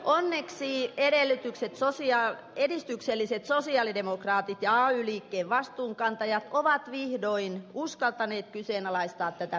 onneksi edistykselliset sosialidemokraatit ja ay liikkeen vastuunkantajat ovat vihdoin uskaltaneet kyseenalaistaa tätä periaatetta